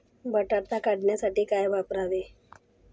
बटाटा काढणीसाठी काय वापरावे?